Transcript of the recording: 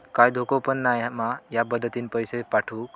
काय धोको पन नाय मा ह्या पद्धतीनं पैसे पाठउक?